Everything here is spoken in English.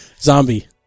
Zombie